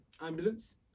ambulance